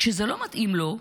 כשזה לא מתאים לו,